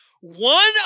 one